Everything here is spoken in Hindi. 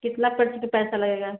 कितना पर्ची पर पैसा लगेगा